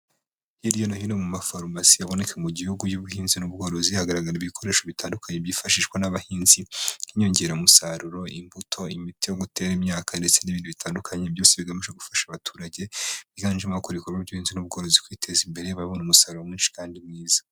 Hirya no hino mu mafarumasi aboneka mu gihugu y'ubuhinzi n'ubworozi hagaragara ibikoresho bitandukanye byifashishwa n'abahinzi nk'inyongeramusaruro, imbuto imiti yo gutera imyaka ndetse n'ibindi bitandukanye, byose bigamije gufasha abaturage biganjemo abakora ibikorwa by'ubuhinzi n'ubworozi kwiteza imbere, babona umusaruro mwinshi kandi mwiza.